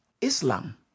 islam